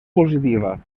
positiva